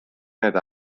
eta